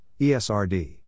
ESRD